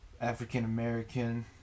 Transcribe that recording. African-American